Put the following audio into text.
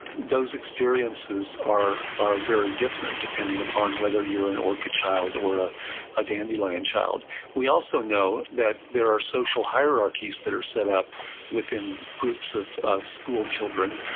those experiences are are very different depending upon whether you're an orchid child or a ah dandelion child we also know that there are social hierarchies hierarchies that are set up within groups of school children.